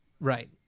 Right